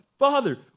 Father